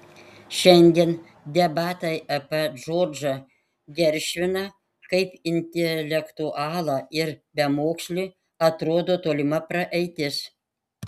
šiandien debatai apie džordžą geršviną kaip intelektualą ir bemokslį atrodo tolima praeitis